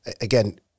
again